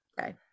Okay